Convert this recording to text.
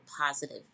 positive